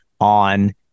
on